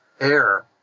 air